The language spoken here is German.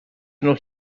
noch